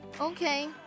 Okay